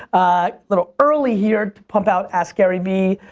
a little early here to pump out askgaryvee.